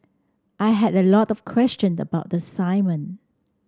I had a lot of question about the assignment